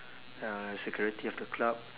ya security of the club